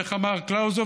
איך אמר קלאוזביץ?